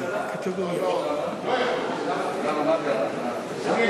הולכת בצורת אנטיתזה לכל מה שהם מאמינים